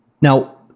Now